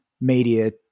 media